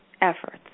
efforts